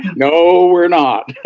no, we're not